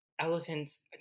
elephants